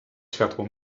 światło